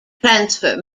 transfer